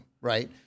right